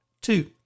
Two